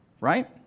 right